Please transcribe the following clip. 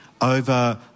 over